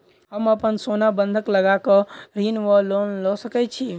हम अप्पन सोना बंधक लगा कऽ ऋण वा लोन लऽ सकै छी?